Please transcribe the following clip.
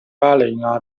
保加利亚